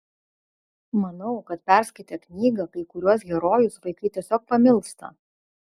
manau kad perskaitę knygą kai kuriuos herojus vaikai tiesiog pamilsta